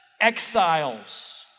exiles